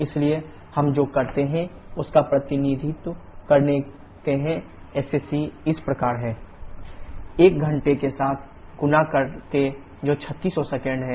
इसलिए हम जो करते हैं उसका प्रतिनिधित्व करते हैं SSC के रूप में SSC3600 WnetkgkWh 1 घंटे के साथ गुणा करके जो 3600 सेकंड है